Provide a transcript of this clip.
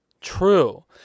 True